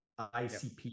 ICP